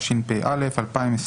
התשפ"א 2021